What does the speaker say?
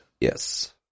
Yes